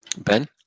Ben